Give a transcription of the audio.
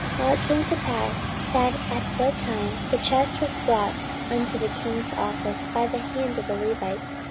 it came to pass, that at what time the chest was brought unto the king's office by the hand of the levites,